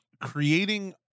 creating